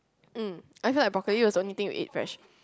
mm I feel like brocolli was the only thing we eat fresh